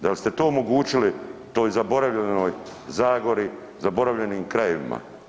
Dal ste to omogućili toj zaboravljenoj zagori, zaboravljenim krajevima?